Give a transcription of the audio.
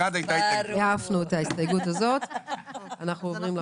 העפנו את ההסתייגות הזאת, היתה